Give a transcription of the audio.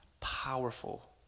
powerful